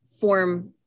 form